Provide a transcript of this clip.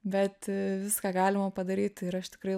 bet viską galima padaryti ir aš tikrai